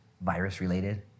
virus-related